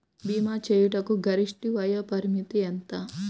భీమా చేయుటకు గరిష్ట వయోపరిమితి ఎంత?